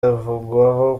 avugwaho